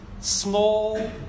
small